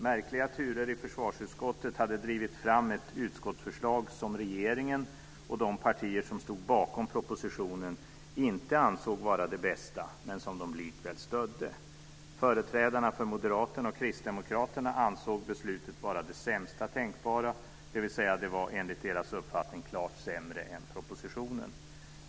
Märkliga turer i försvarsutskottet hade drivit fram ett utskottsförslag som regeringen och de partier som stod bakom propositionen inte ansåg vara det bästa men som de likväl stödde. Företrädarna för Moderaterna och Kristdemokraterna ansåg beslutet vara det sämsta tänkbara, dvs. enligt deras uppfattning klart sämre än propositionen.